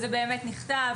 זה באמת נכתב,